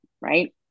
right